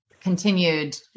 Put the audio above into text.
continued